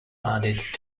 added